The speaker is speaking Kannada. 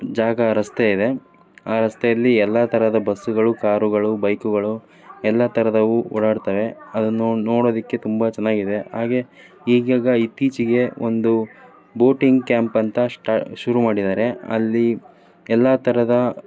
ಜಾಗ ರಸ್ತೆ ಇದೆ ಆ ರಸ್ತೆಯಲ್ಲಿ ಎಲ್ಲ ಥರದ ಬಸ್ಸುಗಳು ಕಾರುಗಳು ಬೈಕುಗಳು ಎಲ್ಲ ಥರದವು ಓಡಾಡ್ತವೆ ಅದನ್ನು ನೋಡೋದಕ್ಕೆ ತುಂಬ ಚೆನ್ನಾಗಿದೆ ಹಾಗೆ ಈಗೀಗ ಇತ್ತೀಚೆಗೆ ಒಂದು ಬೋಟಿಂಗ್ ಕ್ಯಾಂಪ್ ಅಂತ ಸ್ಟಾ ಶುರು ಮಾಡಿದ್ದಾರೆ ಅಲ್ಲಿ ಎಲ್ಲ ಥರದ